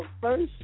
first